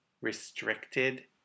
restricted